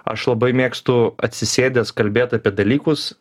aš labai mėgstu atsisėdęs kalbėt apie dalykus